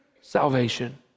salvation